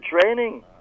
training